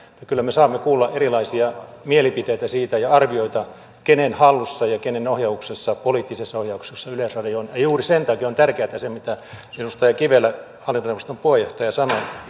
kyllä me saamme kuulla erilaisia mielipiteitä siitä ja arvioita kenen hallussa ja kenen poliittisessa ohjauksessa yleisradio on juuri sen takia on tärkeätä se mitä edustaja kivelä hallintoneuvoston puheenjohtaja sanoi